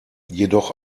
jedoch